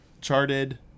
charted